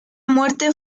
muerte